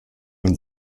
und